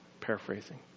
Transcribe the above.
Paraphrasing